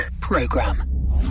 Program